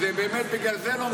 שבאמת בגלל זה זה לא מעניין.